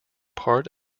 part